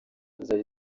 zari